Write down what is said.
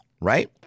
Right